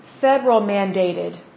federal-mandated